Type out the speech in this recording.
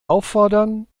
auffordern